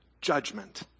judgment